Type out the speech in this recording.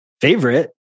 favorite